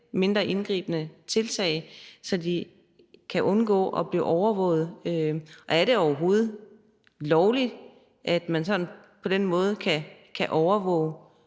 mindre indgribende tiltag, så de kan undgå at blive overvåget? Er det overhovedet lovligt, at man på den måde sådan kan overvåge